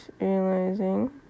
realizing